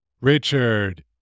Richard